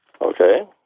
Okay